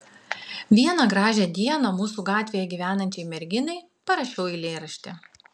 vieną gražią dieną mūsų gatvėje gyvenančiai merginai parašiau eilėraštį